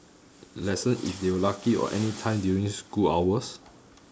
lessons if they were lucky or anytime during school hours